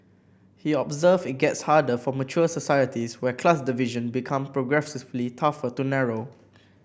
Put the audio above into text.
he observed it gets harder for mature societies where class division become progressively tougher to narrow